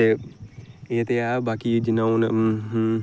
ते एह् ते ऐ बाकी जियां हून